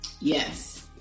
Yes